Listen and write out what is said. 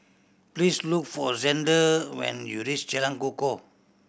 please look for Xander when you reach Jalan Kukoh